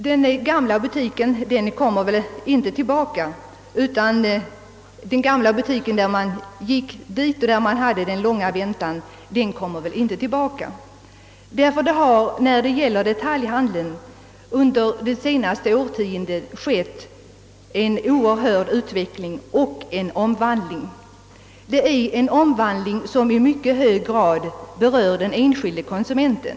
Den gamla butiken, med den manuella betjäningen där man fick vänta länge på att bli betjänad, kommer väl inte tillbaka, ty det har på detaljhandelns område under de senaste årtiondet ägt rum en genomgripande utveckling och omvandling. Det är en omvandling som i mycket hög grad berör den enskilde konsumenten.